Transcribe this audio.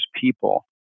people